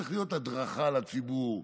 צריך להיות הדרכה לציבור,